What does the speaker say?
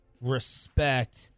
respect